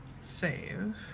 save